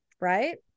right